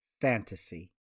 Fantasy